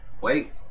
Wait